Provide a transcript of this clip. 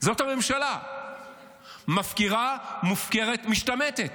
זאת הממשלה, מפקירה, מופקרת, משתמטת.